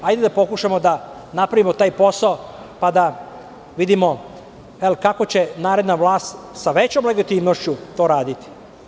Hajde da pokušamo da napravimo taj posao, pa da vidimo kako će naredna vlast, sa većom legitimnošću, to raditi.